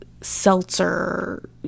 seltzer